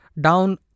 down